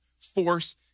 force